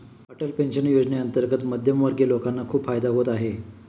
Atal pension योजनेअंतर्गत मध्यमवर्गीय लोकांना खूप फायदा होत आहे